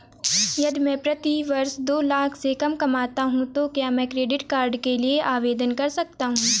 यदि मैं प्रति वर्ष दो लाख से कम कमाता हूँ तो क्या मैं क्रेडिट कार्ड के लिए आवेदन कर सकता हूँ?